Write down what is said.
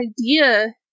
idea